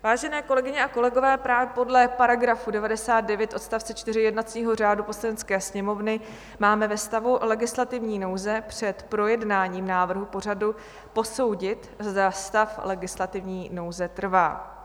Vážené kolegyně a kolegové, podle § 99 odst. 4 jednacího řádu Poslanecké sněmovny máme ve stavu legislativní nouze před projednáním návrhu pořadu posoudit, zda stav legislativní nouze trvá.